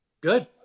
Good